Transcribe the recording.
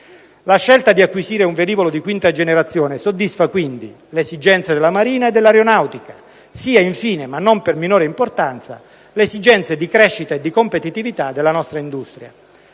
La scelta di acquisire un velivolo di quinta generazione soddisfa, quindi, le esigenze della Marina e dell'Aeronautica, sia infine, ma non per minore importanza, le esigenze di crescita e di competitività della nostra industria.